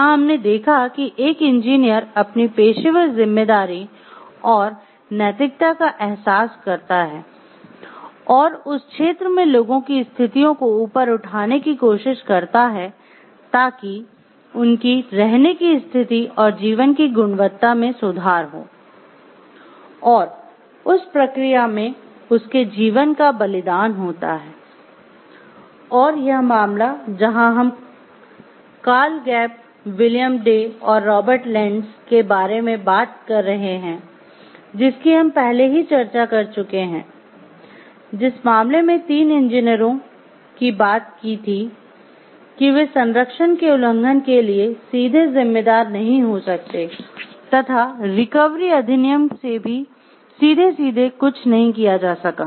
यहाँ हमने देखा कि एक इंजीनियर अपनी पेशेवर ज़िम्मेदारी और नैतिकता का एहसास करता है और उस क्षेत्र में लोगों की स्थितियों को ऊपर उठाने की कोशिश करता है ताकि उनकी रहने की स्थिति और जीवन की गुणवत्ता में सुधार हो और उस प्रक्रिया में उसके जीवन का बलिदान होता है और यह मामला जहां हम कार्ल गेप विलियम डे और रॉबर्ट लेंटेज़ के बारे में बात कर रहे हैं जिसकी हम पहले ही चर्चा कर चुके हैं जिस मामले में तीन इंजीनियरों बात थी कि वे संरक्षण के उल्लंघन के लिए सीधे जिम्मेदार नहीं हो सकते तथा रिकवरी अधिनियम से भी सीधे सीधे कुछ नहीं किया जा सका